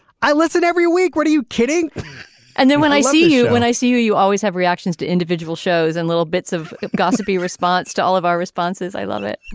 i listen every week. what are you kidding and then when i see you when i see you you always have reactions to individual shows and little bits of gossipy response to all of our responses. i love it.